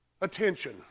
attention